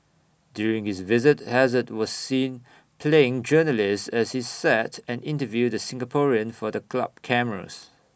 during his visit hazard was seen playing journalist as he sat and interviewed the Singaporean for the club cameras